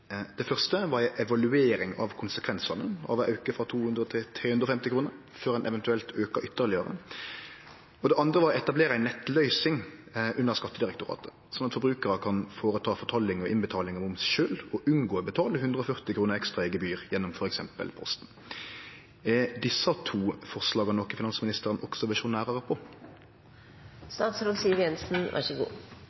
Det første var ei evaluering av konsekvensane av å auke frå 200 kr til 350 kr før ein eventuelt aukar ytterlegare. Det andre var å etablere ei nettløysing under Skattedirektoratet, slik at forbrukarar kan utføre fortolling og innbetaling av moms sjølve og unngå å betale 140 kr ekstra i gebyr gjennom f.eks. Posten. Er desse to forslaga noko som finansministeren også vil sjå nærmare på?